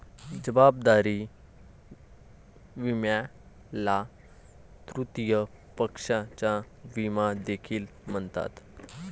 जबाबदारी विम्याला तृतीय पक्षाचा विमा देखील म्हणतात